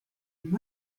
there